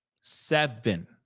Seven